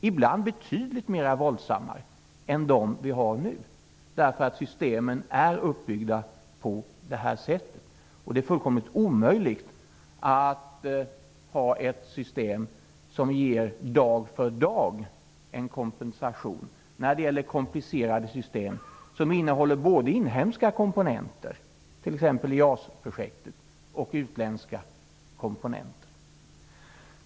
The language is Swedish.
Ibland betydligt mer våldsamma än de vi har nu, därför att systemen är uppbyggda på det här sättet. Det är fullkomligt omöjligt att ha ett system som ger kompensation dag för dag när det gäller komplicerade system som innehåller både inhemska komponenter, t.ex. JAS projektet, och utländska komponenter.